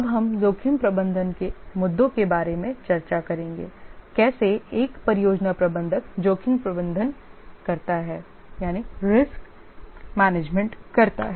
अब हम जोखिम प्रबंधन के मुद्दों के बारे में चर्चा करेंगे कैसे एक परियोजना प्रबंधक जोखिम प्रबंधन करता है